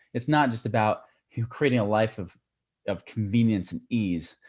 it's not just about you creating a life of of convenience and ease,